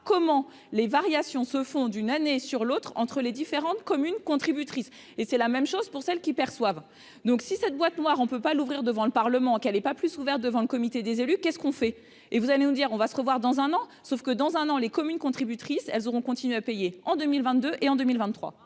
comment les variations se font d'une année sur l'autre entre les différentes communes contributrices et c'est la même chose pour celles qui perçoivent donc si cette boîte noire, on ne peut pas l'ouvrir devant le Parlement qu'elle ait pas plus ouvert, devant le comité des élus qu'est-ce qu'on fait et vous allez nous dire : on va se revoir dans un an, sauf que dans un an, les communes contributrices elles auront continuer à payer en 2000 22 et en 2023.